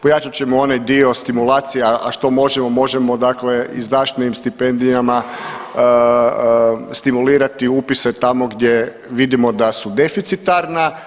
Pojačat ćemo onaj dio stimulacija, a što možemo, možemo dakle izdašnijim stipendijama stimulirati upise tamo gdje vidimo da su deficitarna.